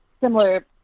similar